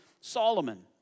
Solomon